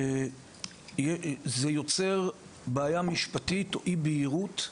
זה יוצר בעיה משפטית, אי בהירות,